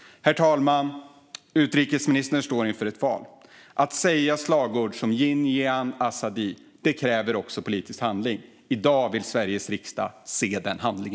Herr talman! Utrikesministern står inför ett val. Att säga slagord som "jin, jiyan, azadi!" kräver också politisk handling. I dag vill Sveriges riksdag se denna handling.